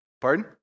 Pardon